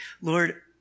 Lord